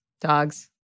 dogs